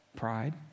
pride